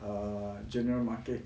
err general market